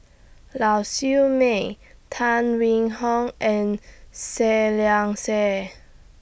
Lau Siew Mei Tan Wing Hong and Seah Liang Seah